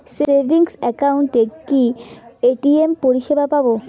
Savings একাউন্টে কি ATM পরিসেবা পাব?